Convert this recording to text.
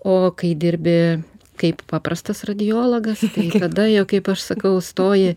o kai dirbi kaip paprastas radiologas tada jau kaip aš sakau stoji